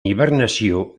hibernació